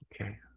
Okay